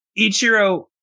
Ichiro